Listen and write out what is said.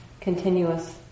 continuous